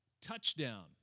Touchdown